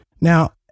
Now